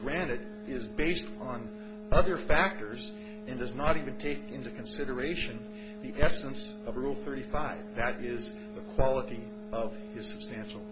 grant it is based on other factors and does not even take into consideration the essence of rule thirty five that is the quality of h